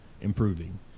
improving